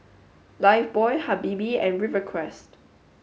Lifebuoy Habibie and Rivercrest